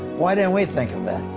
why didn't we think of that?